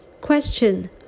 Question